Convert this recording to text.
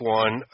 one